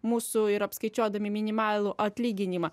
mūsų ir apskaičiuodami minimalų atlyginimą